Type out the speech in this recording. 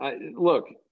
Look